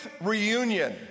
reunion